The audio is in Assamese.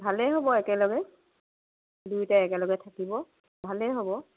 ভালেই হ'ব একেলগে দুয়োটায়ে একেলগে থাকিব ভালেই হ'ব